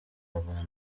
abana